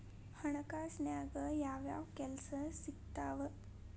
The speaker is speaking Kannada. ಹಣಕಾಸಿನ್ಯಾಗ ಯಾವ್ಯಾವ್ ಕೆಲ್ಸ ಸಿಕ್ತಾವ